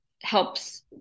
helps